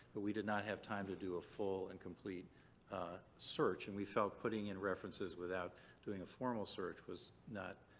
but we did not have time to do a full and complete search and we felt putting in references without doing a formal search was not,